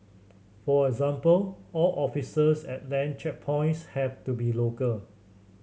for example all officers at land checkpoints have to be local